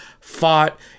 fought